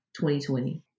2020